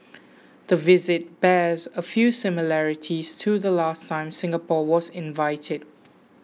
the visit bears a few similarities to the last time Singapore was invited